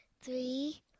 three